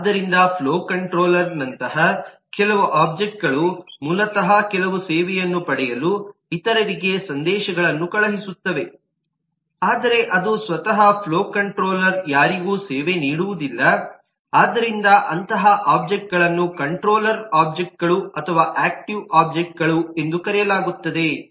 ಆದ್ದರಿಂದ ಫ್ಲೋ ಕಂಟ್ರೋಲರ್ದಂತಹ ಕೆಲವು ಒಬ್ಜೆಕ್ಟ್ಗಳು ಮೂಲತಃ ಕೆಲವು ಸೇವೆಯನ್ನು ಪಡೆಯಲು ಇತರರಿಗೆ ಸಂದೇಶಗಳನ್ನು ಕಳುಹಿಸುತ್ತವೆ ಆದರೆ ಅದು ಸ್ವತಃ ಫ್ಲೋ ಕಂಟ್ರೋಲರ್ ಯಾರಿಗೂ ಸೇವೆ ನೀಡುವುದಿಲ್ಲ ಆದ್ದರಿಂದ ಅಂತಹ ಒಬ್ಜೆಕ್ಟ್ಗಳನ್ನು ಕಂಟ್ರೋಲರ್ ಒಬ್ಜೆಕ್ಟ್ಗಳು ಅಥವಾ ಆಕ್ಟಿವ್ ಒಬ್ಜೆಕ್ಟ್ಗಳು ಎಂದು ಕರೆಯಲಾಗುತ್ತದೆ